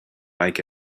like